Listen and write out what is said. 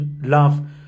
love